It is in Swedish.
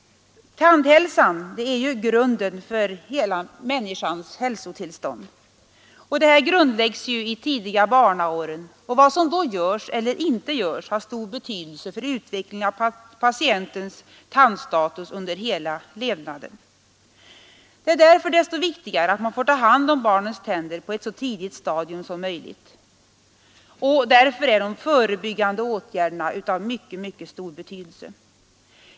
Tandhälsan är grunden för hela människans hälsotillstånd, och den grundläggs i de tidigare barnaåren. Vad som då görs eller inte görs har stor betydelse för utvecklingen av patientens tandstatus under hela levnaden. Det är därför desto viktigare att man får hand om barnens tänder på ett så tidigt stadium som möjligt. De förebyggande åtgärderna är av mycket stor betydelse.